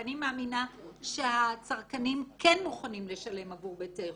ואני מאמינה שהצרכנים כן מוכנים לשלם עבור ביצי חופש,